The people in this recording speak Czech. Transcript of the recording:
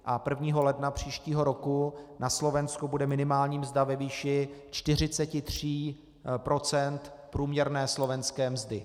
A 1. ledna příštího roku na Slovensku bude minimální mzda ve výši 43 % průměrné slovenské mzdy.